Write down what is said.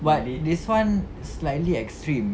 but this [one] slightly extreme